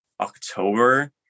October